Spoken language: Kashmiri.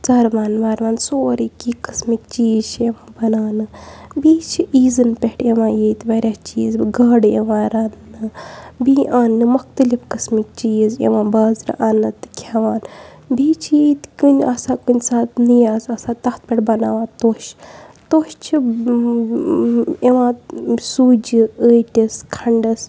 ژَروَن وَروَن سورٕے کیٚنٛہہ قسمٕکۍ چیٖز چھِ یِوان بَناونہٕ بیٚیہِ چھِ عیٖذَن پٮ۪ٹھ یِوان ییٚتہِ واریاہ چیٖز گاڈٕ یِوان رَننہٕ بیٚیہِ اَننہٕ مختلف قسمٕکۍ چیٖز یِوان بازرٕ اَننہٕ تہٕ کھیٚوان بیٚیہِ چھِ ییٚتہِ کٔنۍ آسان کُنہِ ساتہٕ نِیَاز آسان تَتھ پٮ۪ٹھ بَناوان توشہٕ توشہٕ چھِ یِوان سوٗجہِ ٲٹِس کھَنٛڈَس